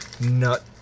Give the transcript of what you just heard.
nut